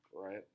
right